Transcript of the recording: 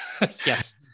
Yes